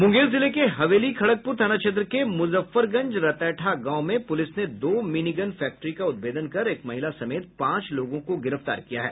मुंगेर जिले के हवेली खड़गपुर थाना क्षेत्र के मुजफ्फरगंज रतैठा गांव में पुलिस ने दो मिनीगन फैक्ट्री का उदभेदन कर एक महिला समेत पांच लोगों को गिरफ्तार किया है